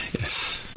Yes